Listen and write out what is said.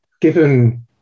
given